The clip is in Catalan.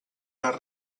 les